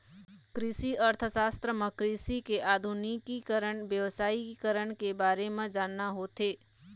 कृषि अर्थसास्त्र म कृषि के आधुनिकीकरन, बेवसायिकरन के बारे म जानना होथे